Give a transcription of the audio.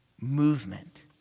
movement